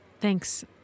Thanks